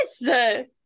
Yes